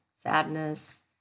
sadness